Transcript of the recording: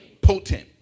potent